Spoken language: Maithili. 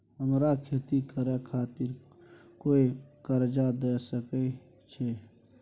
हमरा खेती करे खातिर कोय कर्जा द सकय छै?